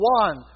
one